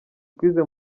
twize